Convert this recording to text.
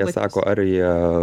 jie sako ar jie